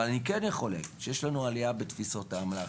אבל אני כן יכול להגיד שיש לנו עלייה בתפיסות האמל"ח,